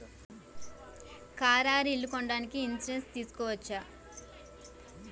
Car or ఇల్లు కొనడానికి insurance తీస్కోవచ్చా?